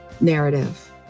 narrative